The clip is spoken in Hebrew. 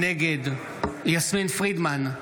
נגד יסמין פרידמן,